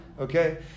okay